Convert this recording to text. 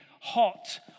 hot